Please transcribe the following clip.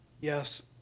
yes